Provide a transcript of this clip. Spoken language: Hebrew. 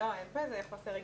לא, אין בזה חוסר הגינות.